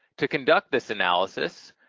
to conduct this analysis,